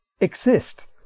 exist